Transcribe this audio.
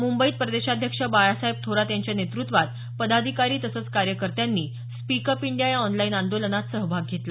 मुंबईत प्रदेशाध्यक्ष बाळासाहेब थोरात यांच्या नेतृत्वात पदाधिकारी तसंच कार्यकर्त्यांनी स्पीक अप इंडिया या ऑनलाईन आंदोलनात सहभाग घेतला